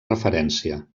referència